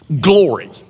glory